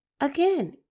again